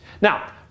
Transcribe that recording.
Now